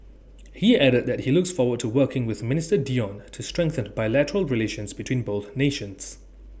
he added that he looks forward to working with minister Dion to strengthen bilateral relations between both nations